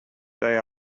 they